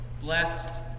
blessed